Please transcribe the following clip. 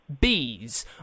bees